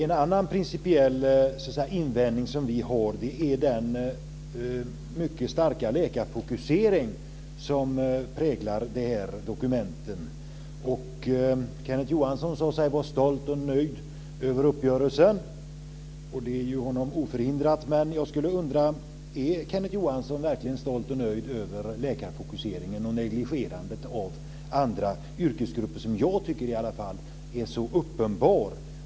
En annan principiell invändning som vi har är den mycket starka läkarfokusering som präglar dessa dokument. Kenneth Johansson säger sig vara stolt och nöjd över uppgörelsen, och det är ju honom oförhindrat. Men jag undrar: Är Kenneth Johansson verkligen stolt och nöjd över läkarfokuseringen och negligerandet av andra yrkesgrupper som jag tycker är så uppenbar?